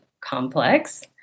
complex